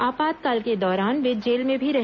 आपातकाल के दौरान वे जेल में भी रहे